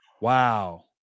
Wow